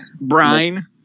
Brine